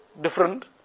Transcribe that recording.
different